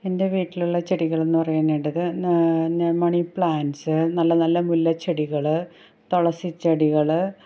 എന്റെ വീട്ടിലുള്ള ചെടികളെന്ന് പറയേണ്ടത് ഞാൻ മണി പ്ലാൻ്റ്സ് നല്ല നല്ല മുല്ലച്ചെടികൾ തുളസിച്ചെടികൾ